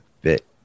bit